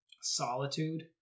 Solitude